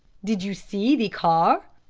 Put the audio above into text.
did you see the car?